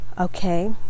Okay